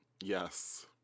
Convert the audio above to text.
Yes